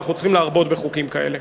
ואנחנו צריכים להרבות בחוקים כאלה.